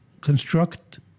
construct